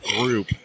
group